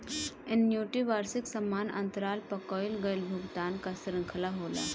annuity वार्षिकी समान अंतराल पअ कईल गईल भुगतान कअ श्रृंखला होला